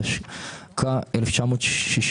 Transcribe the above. התשכ"ה-1965.